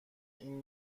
این